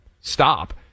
stop